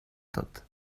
tot